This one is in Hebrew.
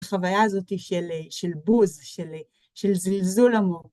חוויה הזאתי של בוז, של זלזול עמוק